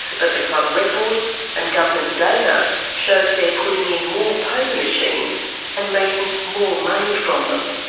but the club records and government data shows they're putting in more poker machines and making more money from them.